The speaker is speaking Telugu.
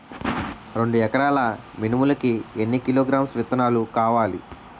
రెండు ఎకరాల మినుములు కి ఎన్ని కిలోగ్రామ్స్ విత్తనాలు కావలి?